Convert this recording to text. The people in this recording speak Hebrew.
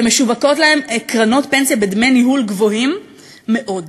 שמשווקות להם קרנות פנסיה בדמי ניהול גבוהים מאוד.